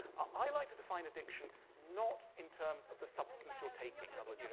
i like to define addiction not in terms of the substance you're taking. in other words, you know